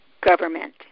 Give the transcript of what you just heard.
government